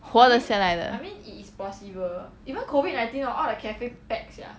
活得下来的